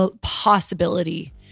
possibility